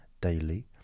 daily